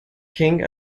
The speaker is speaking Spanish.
king